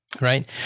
Right